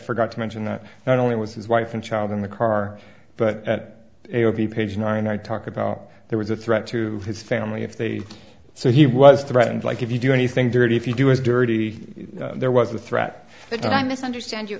forgot to mention that not only was his wife and child in the car but at the page nine i talk about there was a threat to his family if they so he was threatened like if you do anything dirty if you do it's dirty there was a threat that i misunderstand you